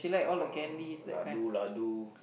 uh ladu ladu